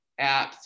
apps